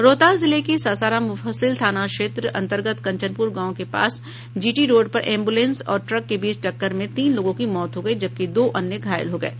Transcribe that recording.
रोहतास जिले के सासाराम मुफस्सिल थाना क्षेत्र अन्तर्गत कंचनपुर गांव के पास जीटी रोड पर एम्बुलेंस और ट्रक के बीच टक्कर में तीन लोगों की मौत हो गयी जबकि दो अन्य घायल हो गये